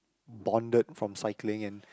bonded from cycling and